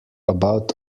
about